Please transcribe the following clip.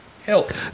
help